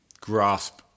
grasp